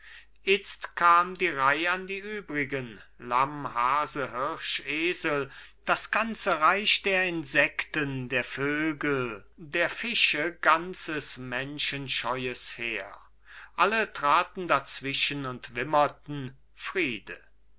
itzt kam die reih an die übrigen lamm hase hirsch esel das ganze reich der insekten der vögel der fische ganzes menschenscheues heer alle traten dazwischen und wimmerten friede